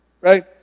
Right